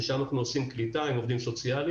ושם אנחנו עושים קליטה עם עובדים סוציאליים,